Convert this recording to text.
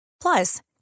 Plus